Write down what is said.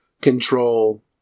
control